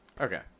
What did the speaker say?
Okay